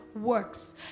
works